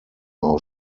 aus